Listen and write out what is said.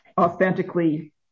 authentically